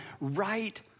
right